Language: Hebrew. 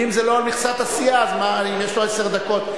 ואם זה לא על מכסת הסיעה יש לו עשר דקות.